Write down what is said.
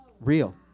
Real